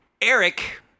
Eric